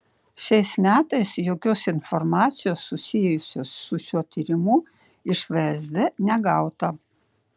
šiais metais jokios informacijos susijusios su šiuo tyrimu iš vsd negauta